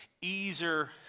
easier